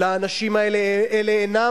הפקח העירוני?